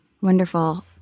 wonderful